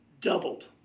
doubled